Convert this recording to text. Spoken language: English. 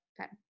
Okay